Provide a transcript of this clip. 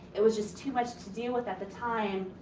it was just too much to deal with at the time.